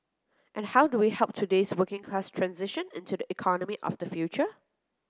and how do we help today's working class transition and to the economy of the future